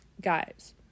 guys